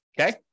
okay